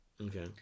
Okay